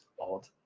odd